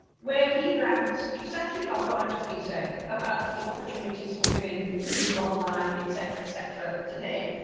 where he rants exactly about what i've just been saying about the opportunities for women to move online etc etc today,